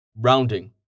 Rounding